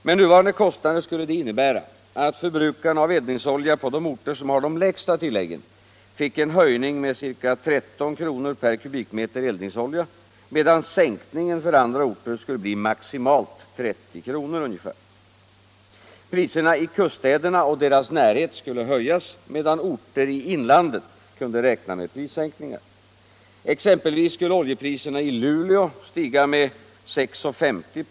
Med nuvarande kostnader skulle det innebära att förbrukarna av eldningsolja på de orter som har de lägsta tilläggen fick en höjning med ca 13 kr. per kubikmeter eldningsolja, medan sänkningen för andra orter skulle bli maximalt ca 30 kr. Priserna i kuststäderna och deras närhet skulle höjas, medan orter i inlandet kunde räkna med prissänkningar. Exempelvis skulle oljepriserna i Luleå stiga med 6:50 kr.